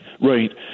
Right